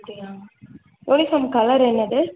அப்படியா uniform colour என்னது